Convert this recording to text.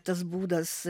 tas būdas